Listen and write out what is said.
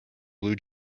blue